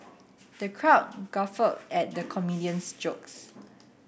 the crowd guffawed at the comedian's jokes